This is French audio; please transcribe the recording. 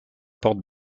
portent